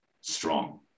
strong